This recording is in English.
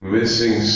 Missing